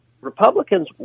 Republicans